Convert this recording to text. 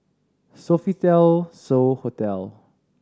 Sofitel So Hotel